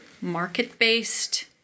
market-based